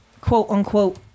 quote-unquote